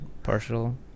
partial